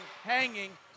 hanging